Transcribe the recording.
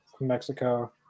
Mexico